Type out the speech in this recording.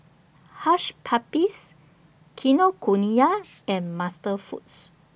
Hush Puppies Kinokuniya and MasterFoods